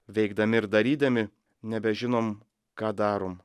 veikdami ir darydami nebežinom ką darom